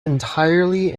entirely